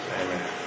Amen